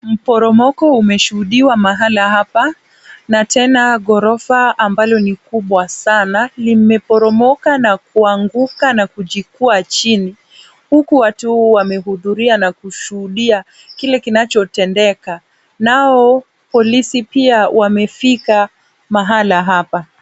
Mporomoko umeshuhudiwa mahala hapa na tena ghorofa ambalo ni kubwa sana limeporomoka na kuanguka na kujikua chini huku watu wamehudhuria na kushuhudia kile kinachotendeka nao polisi pia wamefika mahala hapa.